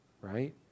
Right